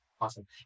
Awesome